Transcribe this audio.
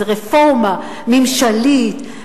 איזה רפורמה ממשלית,